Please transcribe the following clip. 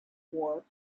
war